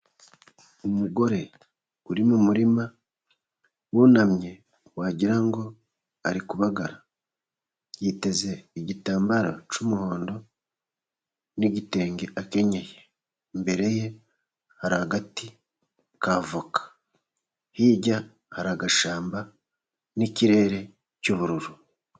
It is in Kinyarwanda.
Umugore uri mu murima wunamye wagira ngo ari kubagara yiteze igitambaro cy'umuhondo n'igitenge akenyeye. Imbere ye hari agati ka voka, hirya hari agashyamba n'ikirere cy'ubururu.